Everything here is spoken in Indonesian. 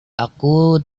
aku